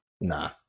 Nah